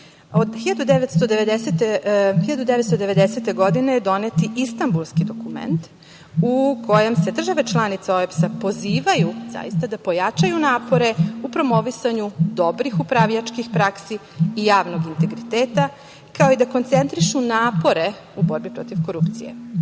1990. donet je Istambulski dokumentu kojem se države članice OEBS-a pozivaju zaista da pojačaju napore u promovisanju dobrih upravljačkih praksi i javnog integriteta, kao i da koncentrišu napore u borbi protiv korupcije. Kada